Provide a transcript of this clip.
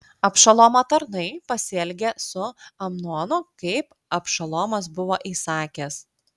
abšalomo tarnai pasielgė su amnonu kaip abšalomas buvo įsakęs